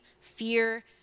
fear